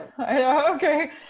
Okay